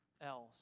else